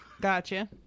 Gotcha